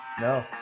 No